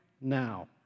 now